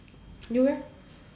you eh